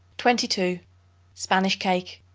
twenty two spanish cake.